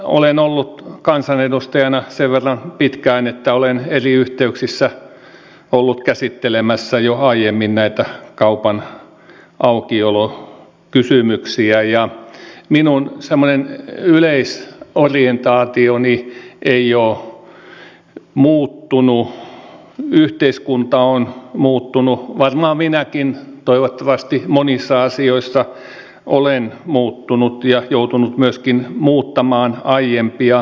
olen ollut kansanedustajana sen verran pitkään että olen eri yhteyksissä ollut käsittelemässä jo aiemmin näitä kaupan aukiolokysymyksiä ja minun semmoinen yleisorientaationi ei ole muuttunut yhteiskunta on muuttunut varmaan minäkin toivottavasti monissa asioissa olen muuttunut ja joutunut myöskin muuttamaan aiempia kantojani